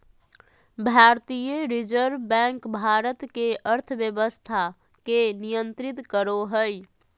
भारतीय reserve bank Bharat के अर्थव्यवस्था के नियन्त्रित करो हइ